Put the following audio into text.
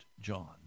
John